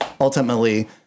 ultimately